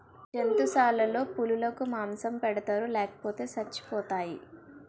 జంతుశాలలో పులులకు మాంసం పెడతారు లేపోతే సచ్చిపోతాయి